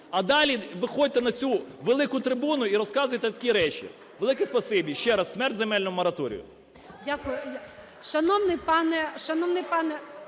а далі виходьте на цю велику трибуну і розказуйте такі речі. Велике спасибі. Ще раз: смерть земельному мораторію!